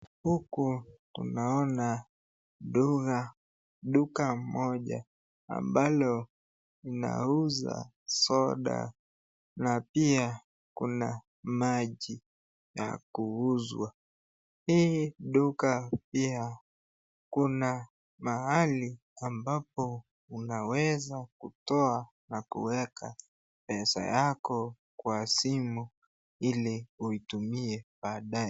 Huku tunaona duka moja mbalo linauza soda na pia kuna maji ya kuuzwa. Hii duka pia kuna mahali unaweza kutoa na kuweka pesa yako kwa simu hili uitumie baadae.